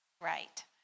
Right